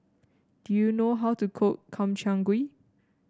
do you know how to cook Makchang Gui